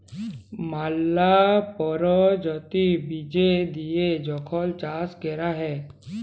ম্যালা পরজাতির বীজ দিঁয়ে যখল চাষ ক্যরা হ্যয়